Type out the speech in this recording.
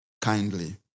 kindly